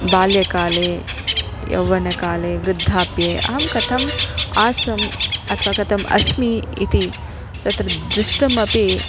बाल्यकाले यौवनकाले वृद्धाप्ये अहं कथम् आसम् अथवा कथम् अस्मि इति तत्र दृष्टमपि